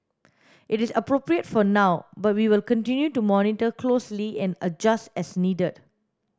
it is appropriate for now but we will continue to monitor closely and adjust as needed